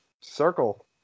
circle